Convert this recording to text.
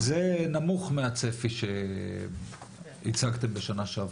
אבל זה נמוך מהצפי שהצגתם בשנה שעברה.